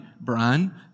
Brian